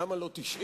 למה לא 90?